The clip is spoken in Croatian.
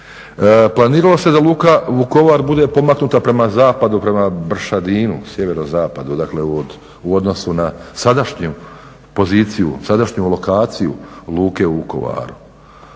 Planiralo se da luka Vukovar bude pomaknuta prema zapadu, prema Bršadinu, sjevero-zapadu, dakle u odnosu na sadašnju poziciju, sadašnju